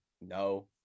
no